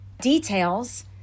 details